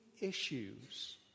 issues